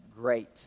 great